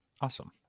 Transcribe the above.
Awesome